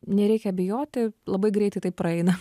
nereikia bijoti labai greitai tai praeina